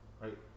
right